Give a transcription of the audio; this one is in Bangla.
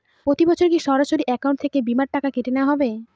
প্রতি বছর কি সরাসরি অ্যাকাউন্ট থেকে বীমার টাকা কেটে নেওয়া হবে?